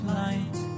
light